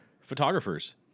photographers